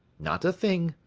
not a thing.